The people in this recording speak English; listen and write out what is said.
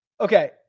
Okay